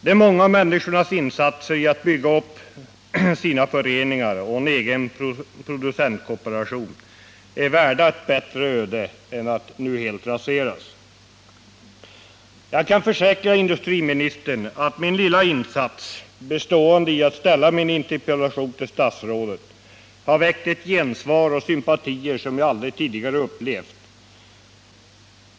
De många människornas insatser för att bygga upp sina föreningar och en egen producentkooperation är värda ett bättre öde än att nu helt raseras. Jag kan försäkra industriministern att min lilla insats att framställa den här interpellationen till statsrådet har väckt gensvar och sympatier som jag aldrig tidigare upplevt.